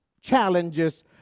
challenges